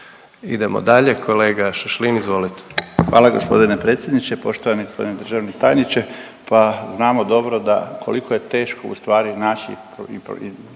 Idemo dalje, kolega Šašlin izvolite. **Šašlin, Stipan (HDZ)** Hvala gospodine predsjedniče. Poštovani gospodine državni tajniče, pa znamo dobro da koliko je teško ustvari naći